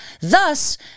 Thus